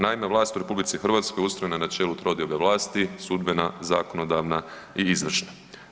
Naime, vlast u RH ustrojena je na načelu trodiobe vlasti, sudbena, zakonodavna i izvršna.